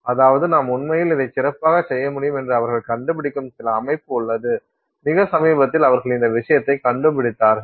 அதாவது நாம் உண்மையில் இதைச் சிறப்பாகச் செய்ய முடியும் என்று அவர்கள் கண்டுபிடிக்கும் சில அமைப்பு உள்ளது மிக சமீபத்தில் அவர்கள் இந்த விஷயத்தைக் கண்டுபிடித்தார்கள்